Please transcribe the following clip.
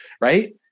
right